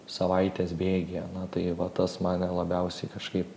savaitės bėgyje na tai va tas mane labiausiai kažkaip